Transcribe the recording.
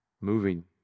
moving